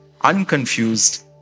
unconfused